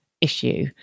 issue